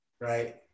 Right